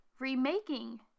remaking